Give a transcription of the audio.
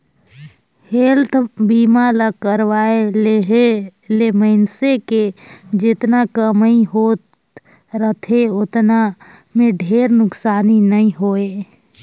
health बीमा ल करवाये लेहे ले मइनसे के जेतना कमई होत रथे ओतना मे ढेरे नुकसानी नइ होय